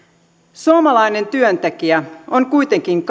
suomalainen työntekijä on kuitenkin